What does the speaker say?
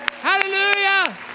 Hallelujah